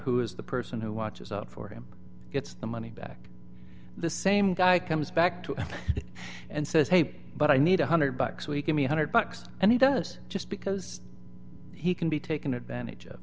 who is the person who watches out for him gets the money back the same guy comes back to him and says hey but i need a one hundred bucks we can be a one hundred bucks and he does just because he can be taken advantage of